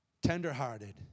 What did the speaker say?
tenderhearted